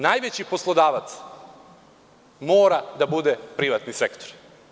Najveći poslodavac mora da bude privatni sektor.